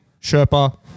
Sherpa